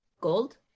Gold